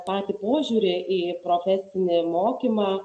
patį požiūrį į profesinį mokymą